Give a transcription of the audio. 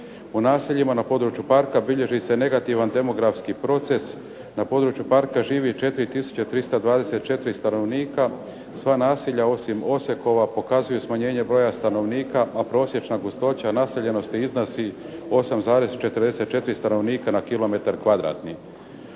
U naseljima na području parka bilježi se negativan demografski proces. Na području parka živi 4 tisuće 324 stanovnika, sva naselja osim Osekova pokazuju smanjenje broja stanovnika a prosječna gustoća naseljenosti iznosi 8,44 stanovnika na